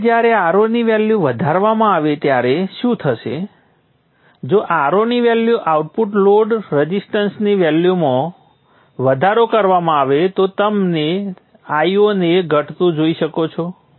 હવે જ્યારે Ro ની વેલ્યુ વધારવામાં આવે ત્યારે શું થશે જો Ro ની વેલ્યુ આઉટપુટ લોડ રઝિસ્ટન્સની વેલ્યુમાં વધારો કરવામાં આવે તો તમે Io ને ઘટતું જોઈ શકો છો